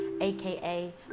aka